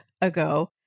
ago